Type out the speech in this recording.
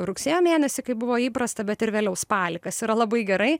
rugsėjo mėnesį kai buvo įprasta bet ir vėliau spalį kas yra labai gerai